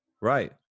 right